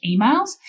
emails